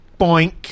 Boink